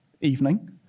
evening